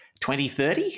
2030